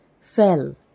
fell